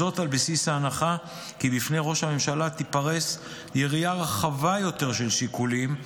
על בסיס ההנחה כי לפני ראש הממשלה תיפרס יריעה רחבה יותר של שיקולים,